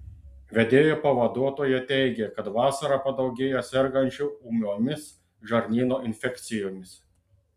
vedėjo pavaduotoja teigė kad vasarą padaugėja sergančių ūmiomis žarnyno infekcijomis